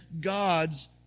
God's